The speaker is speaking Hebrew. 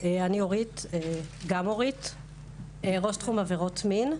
אני ראש תחום עבירות מין.